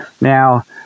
Now